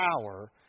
power